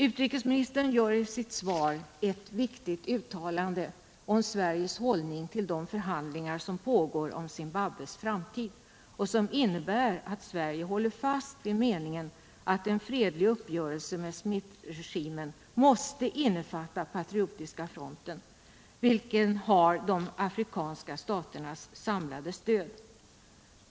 Utrikesministern gör i sitt svar ett viktigt uttalande om Sveriges hållning till de förhandlingar som pågår om Zimbabwes framtid och som innebär att Sverige håller fast vid meningen att en fredlig uppgörelse med Smithregimen måste innefatta Patriotiska fronten, vilken har de afrikanska staternas samlade stöd.